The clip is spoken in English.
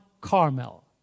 Carmel